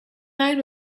night